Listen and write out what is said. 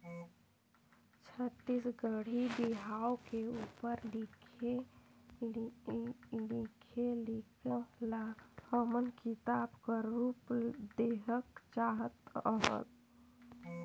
छत्तीसगढ़ी बिहाव के उपर लिखे लेख ल हमन किताब कर रूप देहेक चाहत हन